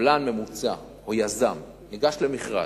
קבלן ממוצע או יזם ניגש למכרז?